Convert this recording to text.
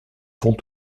font